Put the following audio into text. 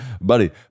Buddy